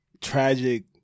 tragic